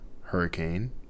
hurricane